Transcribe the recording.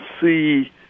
see